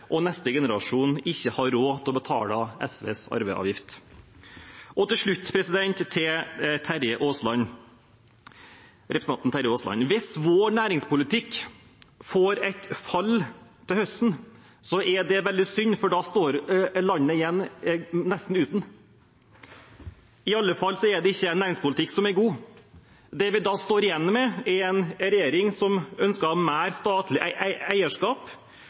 og neste generasjon ikke har råd til å betale SVs arveavgift. Til slutt til representanten Terje Aasland: Hvis vår næringspolitikk får et fall til høsten, er det veldig synd, for da står landet igjen nesten uten. I alle fall er det ikke en næringspolitikk som er god. Det vi da står igjen med, er en regjering som ønsker mer statlig